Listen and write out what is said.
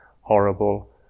horrible